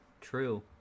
True